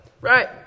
Right